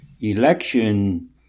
election